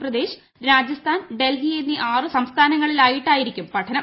മധ്യപ്രദേശ് രാജസ്ഥാൻ ഡൽഹി എന്നീ ആറ് സംസ്ഥാനങ്ങളിലായിട്ടാകും പഠനം